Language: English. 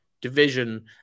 division